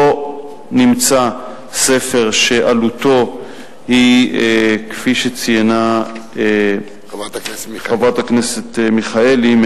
לא נמצא ספר שעלותו היא כפי שציינה חברת הכנסת מיכאלי,